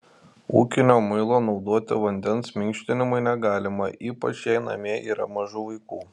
ūkinio muilo naudoti vandens minkštinimui negalima ypač jei namie yra mažų vaikų